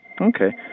Okay